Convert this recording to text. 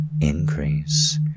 increase